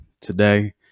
today